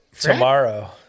tomorrow